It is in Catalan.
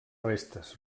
restes